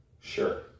Sure